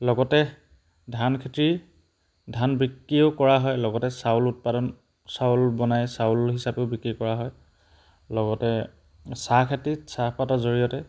লগতে ধানখেতি ধান বিক্ৰীও কৰা হয় লগতে চাউল উৎপাদন চাউল বনাই চাউল হিচাপেও বিক্ৰী কৰা হয় লগতে চাহখেতিত চাহপাতৰ জৰিয়তে